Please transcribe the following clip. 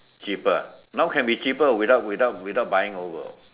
cheaper now can be cheaper without without without buying over